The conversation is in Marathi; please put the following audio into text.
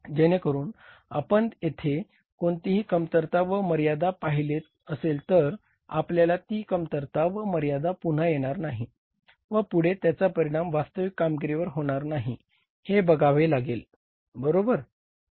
जेणेकरुन आपण येथे कोणतीही कमतरता व मर्यादा पाहिले असेल तर आपल्याला ती कमतरता व मर्यादा पुन्हा येणार नाही व पुढे त्याचा परिणाम वास्तविक कामगिरीवर होणार नाही हे बघावे लागेल बरोबर